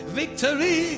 victory